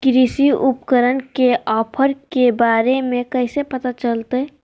कृषि उपकरण के ऑफर के बारे में कैसे पता चलतय?